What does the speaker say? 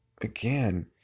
Again